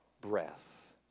breath